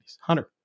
Hunter